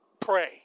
pray